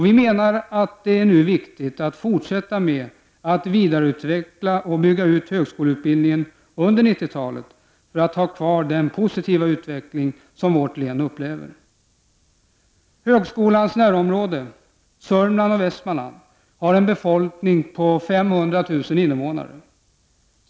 Vi menar att det nu är viktigt att fortsätta med att vidareutveckla och bygga ut högskoleutbildningen under 90-talet för att ha kvar den positiva utvecklingen i vårt län. Högskolans närområde — Sörmland och Västmanland — har en befolkning på 500 000 innevånare.